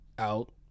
out